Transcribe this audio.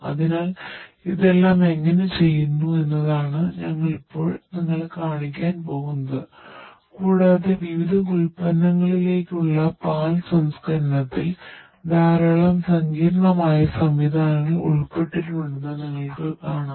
അതിനാൽ ഇതെല്ലാം എങ്ങനെ ചെയ്യുന്നു എന്നതാണ് ഞങ്ങൾ ഇപ്പോൾ നിങ്ങളെ കാണിക്കാൻ പോകുന്നത് കൂടാതെ വിവിധ ഉൽപ്പന്നങ്ങളിലേക്കുള്ള പാൽ സംസ്കരണത്തിൽ ധാരാളം സങ്കീർണ്ണമായ സംവിധാനങ്ങൾ ഉൾപ്പെട്ടിട്ടുണ്ടെന്ന് നിങ്ങൾ കാണും